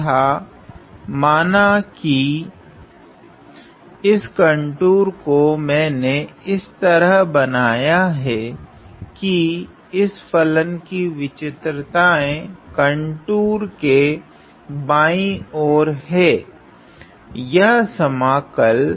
तथा माना की इस कंटूर को मैंने इस तरह बनाया है की इस फलन की विचित्रताएँ कंटूर के बाँयी ओर है यह समाकल